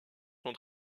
sont